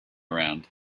around